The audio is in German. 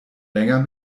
länger